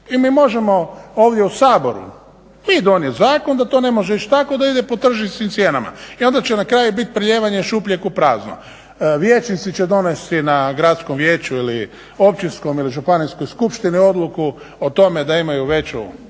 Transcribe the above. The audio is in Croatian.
I mi možemo ovdje u Saboru i donijeti zakon da to ne može ići tako, da ide po tržišnim cijenama i onda će na kraju bit prelijevanje iz šupljeg u prazno. Vijećnici će donesti na gradskom vijeću ili općinskoj ili županijskoj skupštini odluku o tome da imaju veću